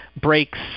breaks